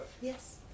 Yes